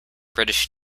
british